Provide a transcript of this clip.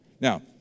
Now